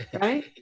Right